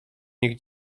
nich